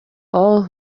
all